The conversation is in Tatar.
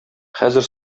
хәзер